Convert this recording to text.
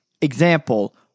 Example